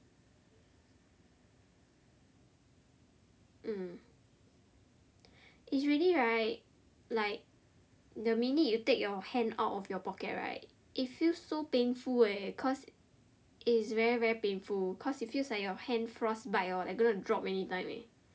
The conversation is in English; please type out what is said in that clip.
mm it's really right like the minute you take your hand out of your pocket right it feels so painful eh cause it's very very painful cause it feels like your hand frostbite hor like going to drop anytime eh